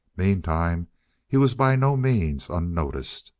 meantime he was by no means unnoticed.